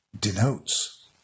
denotes